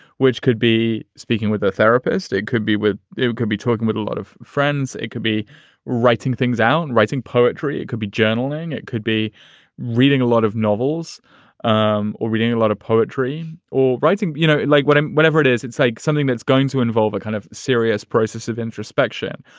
which could be speaking with a therapist. could be with could be talking with a lot of friends. it could be writing things out. and writing poetry. it could be journaling. it could be reading a lot of novels um or reading a lot of poetry or writing, you know, like what? and whatever it is, it's like something that's going to involve a kind of serious process of introspection.